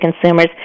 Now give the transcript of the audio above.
consumers